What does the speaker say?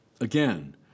Again